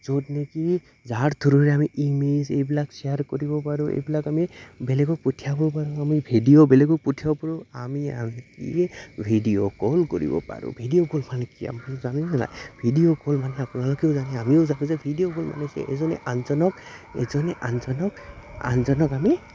য'ত নেকি যাৰ থ্ৰুৰে আমি ইমেজ এইবিলাক শ্বেয়াৰ কৰিব পাৰোঁ এইবিলাক আমি বেলেগক পঠিয়াব পাৰো আমি ভিডিঅ' বেলেগক পঠিয়াব পাৰোঁ আমি আনকি ভিডিঅ' কল কৰিব পাৰোঁ ভিডিঅ' কল মানে কি আ জানে নে নাই ভিডিঅ' কল মানে আপোনালোকেও জানে আমিও জানো যে ভিডিঅ' কল মানে এজনে আনজনক এজনে আনজনক আনজনক আমি